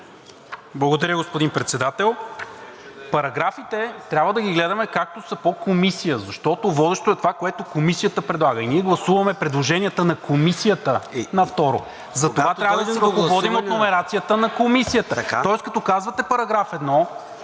Благодаря Ви, господин Председател. Параграфите трябва да гледаме както са по Комисия, защото водещо е това, което Комисията предлага, и ние гласуваме предложенията на Комисията на второ. Затова трябва да се ръководим от номерацията на Комисията. Тоест, като казвате § 1, гледаме